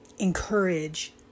encourage